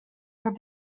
her